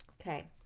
Okay